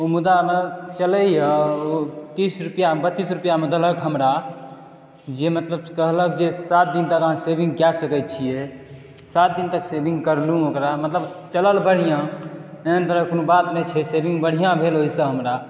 ओ मुदा चलैया तीस रुपैआ बत्तीस रुपैआ मे देलक हमरा जे मतलब कहलक जे सात दिन तक अहाँ शेविंग कऽ सकै छियै सात दिन तक शेविंग करलहुॅं ओकरा मतलब चलल बढ़िऑं एहन तरहक कोनो बात नहि छै शेविंग बढ़िऑं भेल ओहिसँ हमरा